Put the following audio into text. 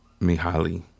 Mihaly